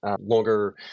longer